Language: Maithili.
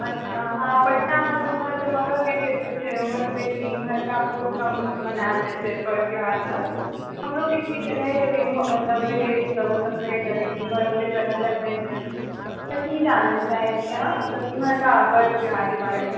अच्छा हँ पटनामे तऽ उम्हर तऽ मगहके क्षेत्र छै उम्हर तऽ बेसी इम्हरका बहुत कम मनाओल जाइ छै पर्व त्यौहार सब हमरो किछु किछु रहै छथिन मतलब रिलेटिव सब ओ सब कहै छथिन इम्हरके प्रचलन नइ छै तऽ की जानै लए चाहै छी मतलब इम्हरका पर्व त्यौहारके बारेमे